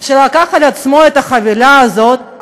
שלקח על עצמו את החבילה הזאת,